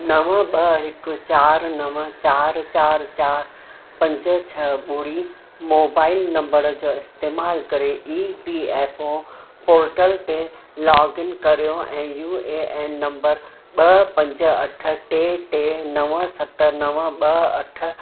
नव ॿ हिकु चार नव चार चार चार पंज छ्ह ॿुड़ी मोबाइल नंबर जो इस्तेमालु करे E P F O portal ते लॉग करियो ऐं यू ए एन नंबर ॿ पंज अठ टे टे नव सत नव ॿ अठ